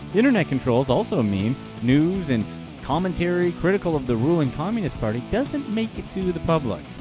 internet controls also mean news and commentary critical of the ruling communist party doesn't make it to the public.